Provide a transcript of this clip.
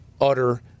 utter